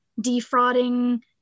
defrauding